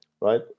right